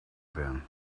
been